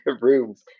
rooms